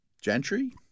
Gentry